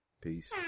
Peace